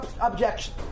objection